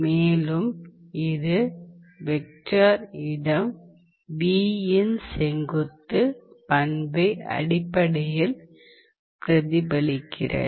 மேலும் இது வெக்டர் இடம் V இன் செங்குத்து பண்பை அடிப்படையில் பிரதிபலிக்கிறது